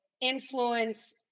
influence